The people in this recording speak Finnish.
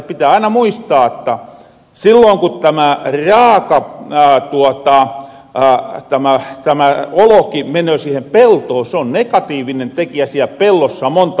pitää aina muistaa jotta silloon kun tämä oloki menöö siihen peltoon se on negatiivinen tekijä siel pellossa monta vuotta